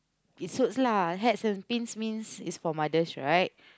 it suits lah hats and pins means it's for mothers right